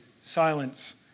silence